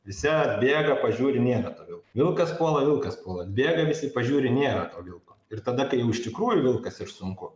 visi atbėga pažiūri nėra to vilko vilkas puola vilkas puola atbėga visi pažiūri nėra to vilko ir tada kai jau iš tikrųjų vilkas ir sunku